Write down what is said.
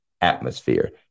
atmosphere